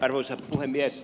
arvoisa puhemies